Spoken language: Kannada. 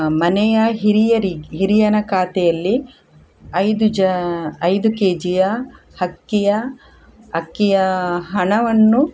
ಮನೆಯ ಹಿರಿಯರಿಗೆ ಹಿರಿಯನ ಖಾತೆಯಲ್ಲಿ ಐದು ಜಾ ಐದು ಕೆ ಜಿಯ ಅಕ್ಕಿಯ ಅಕ್ಕಿಯ ಹಣವನ್ನು